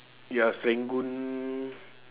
ya serangoon